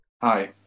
Hi